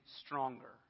stronger